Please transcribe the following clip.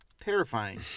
terrifying